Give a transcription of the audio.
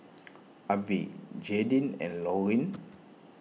Abe Jaydin and Lorine